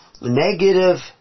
negative